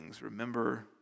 remember